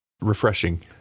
refreshing